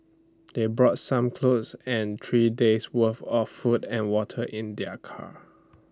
they brought some clothes and three days worth of food and water in their car